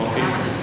אוקיי.